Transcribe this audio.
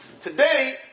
Today